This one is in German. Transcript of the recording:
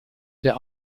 der